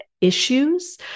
issues